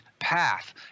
path